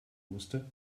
musste